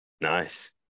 Nice